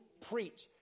preach